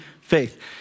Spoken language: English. faith